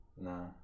No